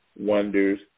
wonders